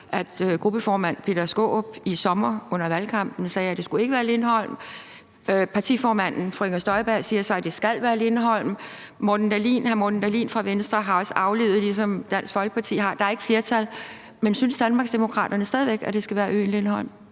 at gruppeformanden, Peter Skaarup, i sommer under valgkampen sagde, at det ikke skulle være Lindholm. Partiformanden, fru Inger Støjberg, siger så, at det skal være Lindholm. Hr. Morten Dahlin fra Venstre har også aflivet idéen, ligesom Dansk Folkeparti har, for der er ikke flertal for det. Men synes Danmarksdemokraterne stadig væk, at det skal være øen Lindholm?